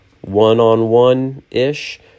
one-on-one-ish